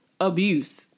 abuse